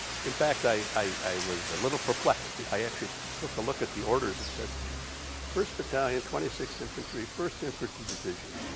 in fact, i i was a little perplexed, i actually took a look at the orders that said first battalion twenty six infantry, first infantry division,